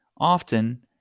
often